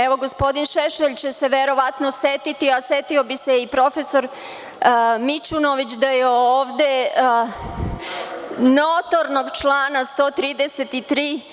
Evo, gospodin Šešelj će se verovatno setiti, a setio bi se i profesor Mićunović da je ovde, notornog člana 133.